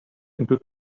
into